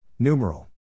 Numeral